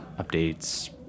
updates